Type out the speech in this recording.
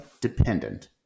dependent